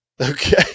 Okay